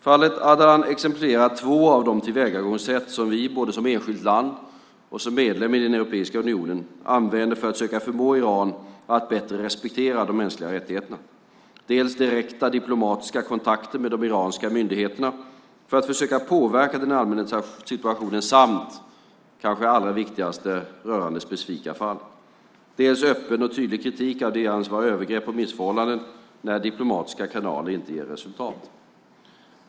Fallet Ardalan exemplifierar två av de tillvägagångssätt som vi, både som enskilt land och som medlem i Europeiska unionen, använder för att söka förmå Iran att bättre respektera de mänskliga rättigheterna, dels direkta diplomatiska kontakter med de iranska myndigheterna för att försöka påverka den allmänna situationen samt, kanske det allra viktigaste, rörande specifika fall, dels öppen och tydlig kritik av det vi anser vara övergrepp och missförhållanden när diplomatiska kanaler inte ger resultat.